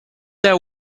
that